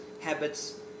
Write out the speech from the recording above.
habits